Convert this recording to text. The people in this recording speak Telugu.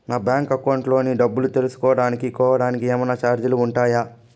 నా బ్యాంకు అకౌంట్ లోని డబ్బు తెలుసుకోవడానికి కోవడానికి ఏమన్నా చార్జీలు ఉంటాయా?